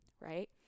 Right